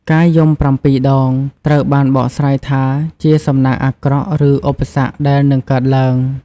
ការយំប្រាំពីរដង ត្រូវបានបកស្រាយថាជាសំណាងអាក្រក់ ឬឧបសគ្គដែលនឹងកើតឡើង។